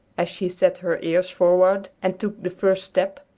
as she set her ears forward and took the first step,